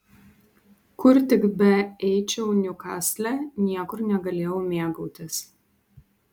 kur tik beeičiau niukasle niekur negalėjau mėgautis